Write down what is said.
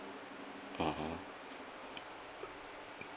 (uh huh)